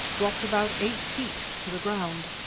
dropped about eight feet to the ground.